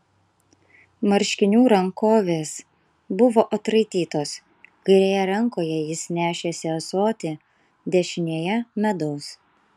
marškinių rankovės buvo atraitytos kairėje rankoje jis nešėsi ąsotį dešinėje medaus